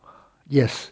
yes